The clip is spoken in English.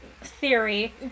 theory